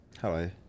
Hello